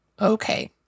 Okay